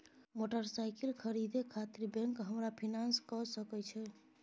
Motorcycle खरीदे खातिर bank हमरा फिनांस कय सके छै?